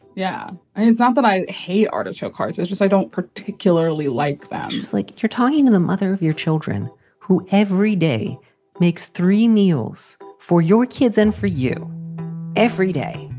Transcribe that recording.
yeah. and it's not that i hate artichoke hearts. it's just i don't particularly like that. it's like you're talking to the mother of your children who every day makes three meals for your kids and for you every day.